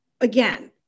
again